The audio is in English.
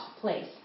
place